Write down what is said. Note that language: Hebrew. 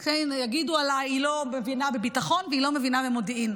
יגידו עליי: היא לא מבינה בביטחון והיא לא מבינה במודיעין,